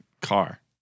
car